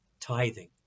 tithing